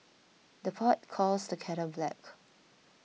the pot calls the kettle black